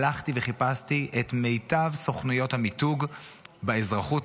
הלכתי וחיפשתי את מיטב סוכנויות המיתוג באזרחות,